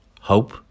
Hope